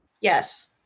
Yes